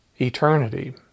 eternity